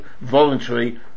voluntary